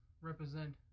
represent